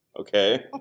okay